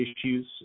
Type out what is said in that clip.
issues